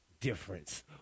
difference